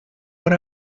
what